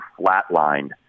flatlined